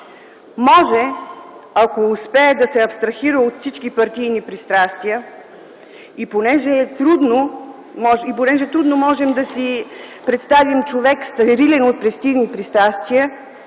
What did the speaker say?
Може, ако успее да се абстрахира от всички партийни пристрастия. Понеже трудно можем да си представим човек стерилен от партийни пристрастия